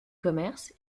commerce